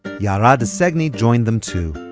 ya'ara di segni joined them too.